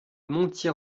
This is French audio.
montier